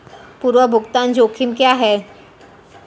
पूर्व भुगतान जोखिम क्या हैं?